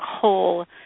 coal